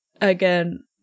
again